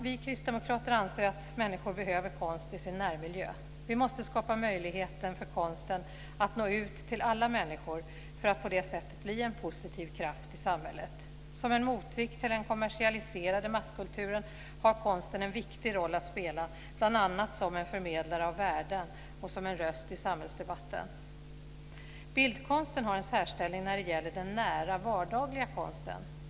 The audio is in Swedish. Vi kristdemokrater anser att människor behöver konst i sin närmiljö. Vi måste skapa möjligheter för konsten att nå ut till alla människor för att på det sättet bli en positiv kraft i samhället. Som en motvikt till den kommersialiserade masskulturen har konsten en viktig roll att spela, bl.a. som en förmedlare av värden och som en röst i samhällsdebatten. Bildkonsten har en särställning när det gäller den nära vardagliga konsten.